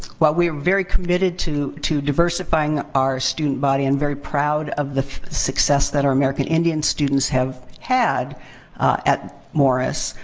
while we are very committed to to diversifying our student body and very proud of the success that our american indian students have had at morris,